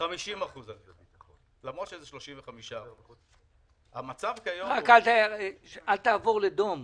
50% על זה, למרות שזה 35%. אל תעבור לדום,